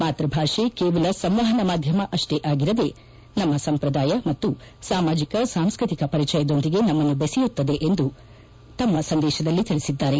ಮಾತ್ಪಭಾಷೆ ಕೇವಲ ಸಂವಹನ ಮಾಧ್ಯಮ ಅಷ್ಲೇ ಆಗಿರದೆ ನಮ್ನ ಸಂಪ್ರದಾಯ ಮತ್ತು ಸಾಮಾಜಿಕ ಸಾಂಸ್ಕೃತಿಕ ಪರಿಚಯದೊಂದಿಗೆ ನಮ್ನನ್ನು ಬೆಸೆಯುತ್ತದೆ ಎಂದು ಉಪರಾಷ್ಟಪತಿ ತಮ್ಮ ಸಂದೇಶದಲ್ಲಿ ತಿಳಿಸಿದ್ದಾರೆ